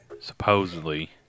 Supposedly